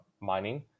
mining